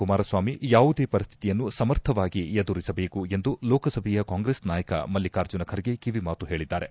ಕುಮಾರಸ್ವಾಮಿ ಯಾವುದೇ ಪರಿಸ್ಟಿತಿಯನ್ನು ಸಮರ್ಥವಾಗಿ ಎದುರಿಸಬೇಕು ಎಂದು ಲೋಕಸಭೆಯ ಕಾಂಗ್ರೆಸ್ ನಾಯಕ ಮಲ್ಲಿಕಾರ್ಜುನ ಖರ್ಗೆ ಕಿವಿಮಾತು ಹೇಳಿದ್ದಾರೆ